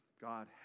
God